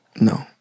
no